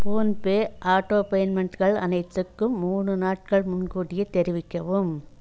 PhonePe auto பேமெண்ட்டுகள் அனைத்துக்கும் மூணு நாட்கள் முன்கூட்டியே தெரிவிக்கவும்